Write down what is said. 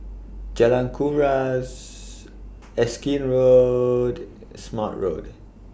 Jalan Kuras Erskine Road Smart Road